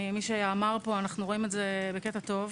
מי שאמר פה, אנחנו רואים את זה בקטע טוב,